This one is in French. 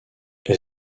est